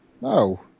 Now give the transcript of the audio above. No